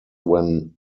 when